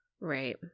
right